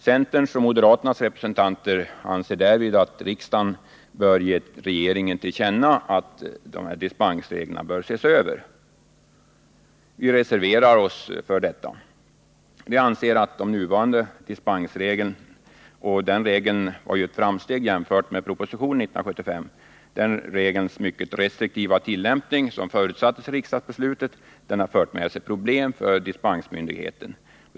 Centerns och moderaternas representanter anser att riksdagen skall ge regeringen till känna att dispensreglerna bör ses över. Vi reserverar oss för detta. Vi anser att den nuvarande dispensregeln, som innebar ett framsteg jämfört med propositionen 1975, med den mycket restriktiva tillämpning som förutsattes i riksdagsbeslutet har medfört problem för dispensmyndigheten.